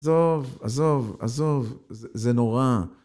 עזוב, עזוב, עזוב. זה נורא.